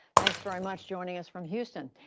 thanks very much, joining us from houston.